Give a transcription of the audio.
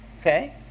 Okay